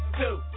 two